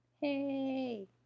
Hey